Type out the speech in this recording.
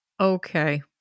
Okay